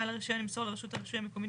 בעל הרישיון ימסור לרשות הרישוי המקומית